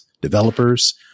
developers